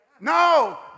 No